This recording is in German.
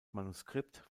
manuskript